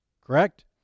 Correct